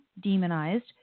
demonized